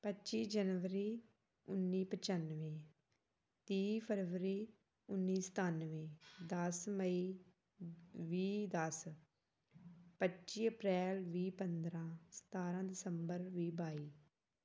ਪੱਚੀ ਜਨਵਰੀ ਉੱਨੀ ਪਚਾਨਵੇਂ ਤੀਹ ਫਰਵਰੀ ਉੱਨੀ ਸਤਾਨਵੇਂ ਦਸ ਮਈ ਵੀਹ ਦਸ ਪੱਚੀ ਅਪ੍ਰੈਲ ਵੀਹ ਪੰਦਰਾਂ ਸਤਾਰਾਂ ਦਸੰਬਰ ਵੀਹ ਬਾਈ